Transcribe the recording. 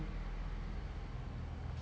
okay why